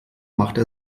machte